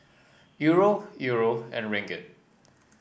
Euro Euro and Ringgit